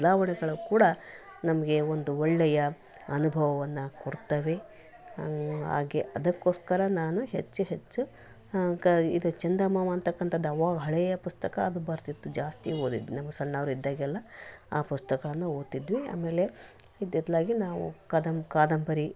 ಬದಲಾವಣೆಗಳು ಕೂಡ ನಮಗೆ ಒಂದು ಒಳ್ಳೆಯ ಅನುಭವವನ್ನು ಕೊಡ್ತವೆ ಹಾಗೆ ಅದಕ್ಕೋಸ್ಕರ ನಾನು ಹೆಚ್ಚು ಹೆಚ್ಚು ಕ್ ಇದು ಚೆಂದ ಮಾಮ ಅನ್ನತಕ್ಕಂಥದ್ದು ಆವಾಗ ಹಳೆಯ ಪುಸ್ತಕ ಅದು ಬರ್ತಿತ್ತು ಜಾಸ್ತಿ ಓದಿದ್ದು ನಾವು ಸಣ್ಣವ್ರು ಇದ್ದಾಗೆಲ್ಲ ಆ ಪುಸ್ತಕಗಳನ್ನ ಓದ್ತಿದ್ವಿ ಆಮೇಲೆ ಇತ್ತ ಇತ್ತಲಾಗೆ ನಾವು ಕಾದಂ ಕಾದಂಬರಿ ಪುಸ್ತಕ